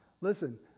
Listen